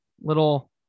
Little